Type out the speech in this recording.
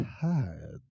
tired